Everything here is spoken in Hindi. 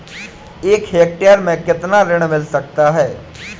एक हेक्टेयर में कितना ऋण मिल सकता है?